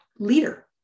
leader